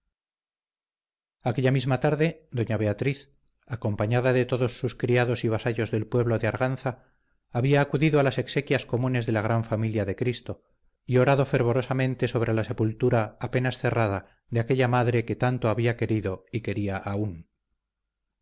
aquella misma tarde doña beatriz acompañada de todos sus criados y vasallos del pueblo de arganza había acudido a las exequias comunes de la gran familia de cristo y orado fervorosamente sobre la sepultura apenas cerrada de aquella madre que tanto había querido y quería aún